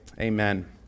Amen